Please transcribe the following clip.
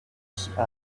喜爱